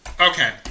Okay